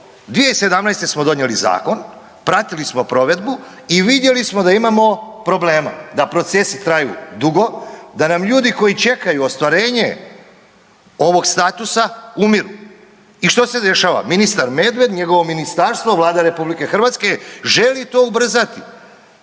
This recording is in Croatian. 2017. Smo donijeli zakon, pratili smo provedbu i vidjeli smo da imamo problema, da procesi traju dugo, da nam ljudi koji čekaju ostvarenje ovog da nam ljudi koji čekaju ostvarenje ovog statusa umiru. I što se dešava? Ministar Medved, njegovo ministarstvo, Vlada RH želi to ubrzati,